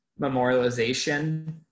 memorialization